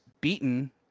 beaten